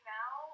now